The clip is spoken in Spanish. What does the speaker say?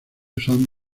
son